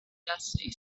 dusty